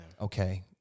okay